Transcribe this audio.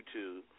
YouTube